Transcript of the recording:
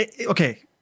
Okay